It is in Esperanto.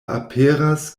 aperas